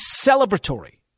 celebratory